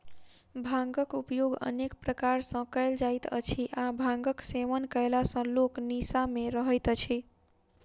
भांगक उपयोग अनेक प्रकार सॅ कयल जाइत अछि आ भांगक सेवन कयला सॅ लोक निसा मे रहैत अछि